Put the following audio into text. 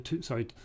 sorry